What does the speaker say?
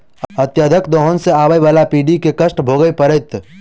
अत्यधिक दोहन सँ आबअबला पीढ़ी के कष्ट भोगय पड़तै